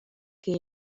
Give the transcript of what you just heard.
que